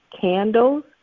candles